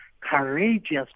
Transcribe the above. courageous